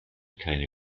keine